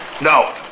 No